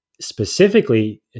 Specifically